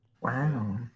Wow